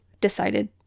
decided